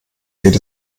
geht